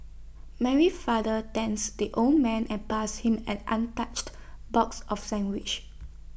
Mary father thanks the old man and passed him an untouched box of sandwiches